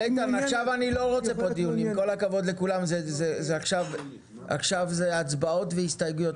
עם כל הכבוד לכולם, עכשיו זה הצבעות והסתייגויות.